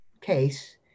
case